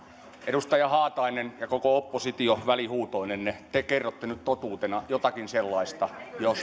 edustaja haatainen ja koko oppositio välihuutoinenne te kerrotte nyt totuutena jotakin sellaista josta minulla ei ole tietoa